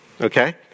okay